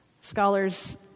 Scholars